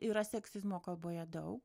yra seksizmo kalboje daug